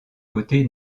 côté